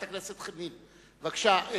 הכנסת חנין זועבי, בבקשה.